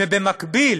ובמקביל